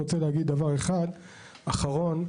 דבר אחרון,